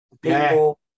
People